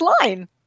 line